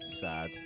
sad